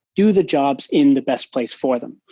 do the jobs in the best place for them.